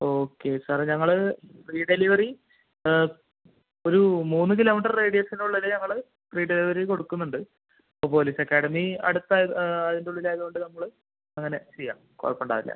okay സാറെ ഞങ്ങൾ free delivery ഒരു മൂന്ന് കിലോമീറ്റർ റേഡിയസിനുള്ളിൽ ഞങ്ങൾ ഫ്രീ ഡെലിവറി കൊടുക്കുന്നുണ്ട് അപ്പോൾ പോലീസ് അക്കാഡമി അടുത്തായത് അതിൻ്റെ ഉള്ളിലായത് കൊണ്ട് നമ്മൾ അങ്ങനെ ചെയ്യാം കുഴപ്പമുണ്ടാവില്ല